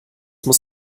muss